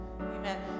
Amen